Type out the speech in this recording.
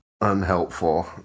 unhelpful